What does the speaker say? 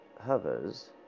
hovers